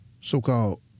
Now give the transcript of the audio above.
so-called